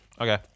Okay